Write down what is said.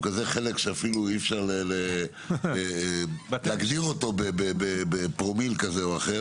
הוא כזה חלק שאי אפשר להגדיר אותו בפרומיל כזה או אחר